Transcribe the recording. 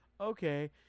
Okay